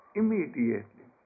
immediately